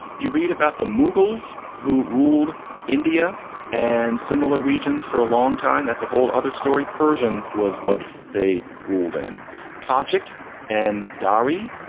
you read about the muggles who ruled india and similar regions for a long time, that's a whole other story. persian was what they ruled in tajik and dari.